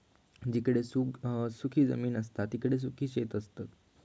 जिकडे सुखी जमीन असता तिकडे सुखी शेती करतत